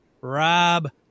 Rob